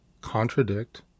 contradict